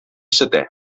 seté